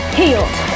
healed